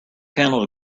handled